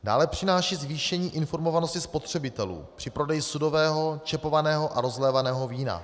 Dále přináší zvýšení informovanosti spotřebitelů při prodeji sudového, čepovaného a rozlévaného vína.